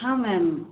ಹಾಂ ಮ್ಯಾಮ್